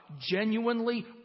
genuinely